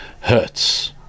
hertz